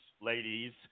ladies